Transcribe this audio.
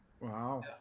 Wow